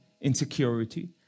insecurity